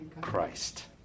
Christ